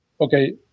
Okay